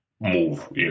move